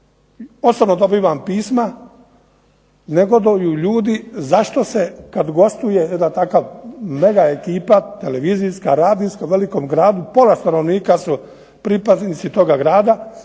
Posebno dobivam pisma, negoduju ljudi zašto se kad gostuje jedna takva mega ekipa, televizijska, radijska velikom gradu pola stanovnika su pripadnici toga grada